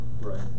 Right